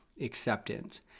acceptance